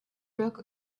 broke